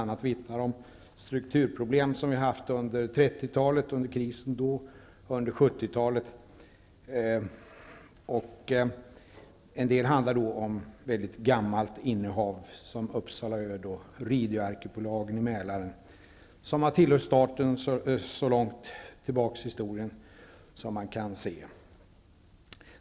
Annat vittnar om strukturproblem under 30-talets kris och under 70 talet. En del handlar om väldigt gammalt innehav, såsom Upsala Öd och Ridöarkipelagen i Mälaren, som har tillhört staten så långt historien sträcker sig bakåt.